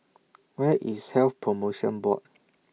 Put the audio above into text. Where IS Health promotion Board